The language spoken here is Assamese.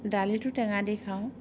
দালিতো টেঙা দি খাওঁ